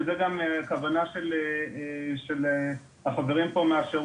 אני מניח שזו גם הכוונה של החברים פה מהשירות,